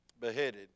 beheaded